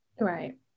Right